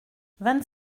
vingt